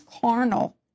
carnal